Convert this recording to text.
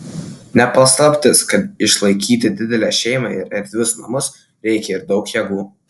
ne paslaptis kad išlaikyti didelę šeimą ir erdvius namus reikia ir daug jėgų